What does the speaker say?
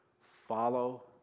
Follow